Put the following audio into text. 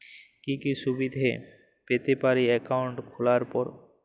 কি কি সুবিধে পেতে পারি একাউন্ট খোলার পর?